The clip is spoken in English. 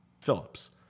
Phillips